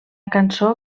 cançó